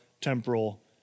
temporal